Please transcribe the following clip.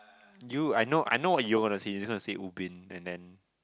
you I know I know what you're gonna say you're just gonna say Ubin and then